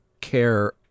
care